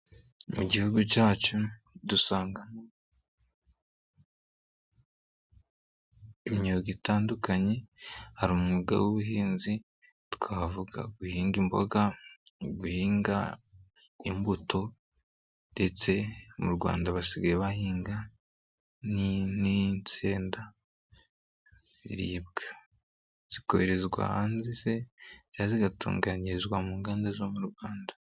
Mu gihugu cyacu dusanga mo imyuga itandukanye hari umwuga w'ubuhinzi twavuga guhinga imboga mu guhinga imbuto ndetse mu Rwanda basigaye bahinga insenda ziribwa zikoherezwa mu nganda zo mu Rwanda.